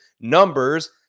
numbers